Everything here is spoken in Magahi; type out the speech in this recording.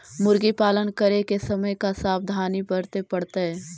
मुर्गी पालन करे के समय का सावधानी वर्तें पड़तई?